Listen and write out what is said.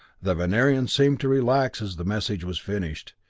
the venerian seemed to relax as the message was finished.